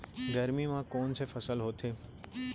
गरमी मा कोन से फसल होथे?